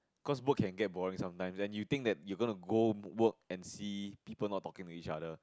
cause work can go boring sometime then you think that you going to go work and see people not talking to each other